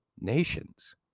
nations